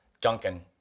Duncan